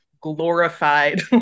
glorified